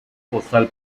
postal